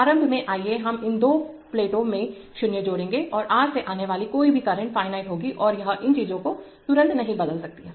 प्रारंभ में आइए हम इन दो प्लेटों में 0 जोड़ेंगे और R से आने वाली कोई भी करंट फाइनाइट होगी और यह इन चीजों को तुरंत नहीं बदल सकती है